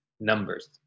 numbers